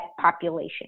population